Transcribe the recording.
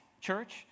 church